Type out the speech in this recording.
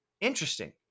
interesting